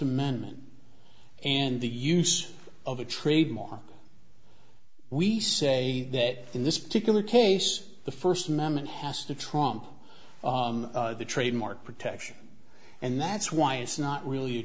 amendment and the use of a trademark we say that in this particular case the first moment has to trump the trademark protection and that's why it's not really a